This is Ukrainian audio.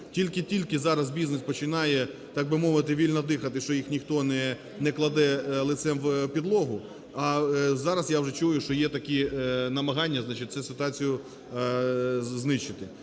Тільки-тільки зараз бізнес починає так би мовити вільно дихати, що їх ніхто не кладе лицем в підлогу, а зараз я вже чую, що є такі намагання, значить, цю ситуацію знищити.